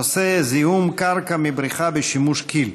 הנושא: זיהום קרקע מבריכה בשימוש כי"ל.